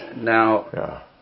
Now